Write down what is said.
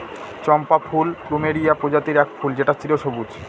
চম্পা ফুল প্লুমেরিয়া প্রজাতির এক ফুল যেটা চিরসবুজ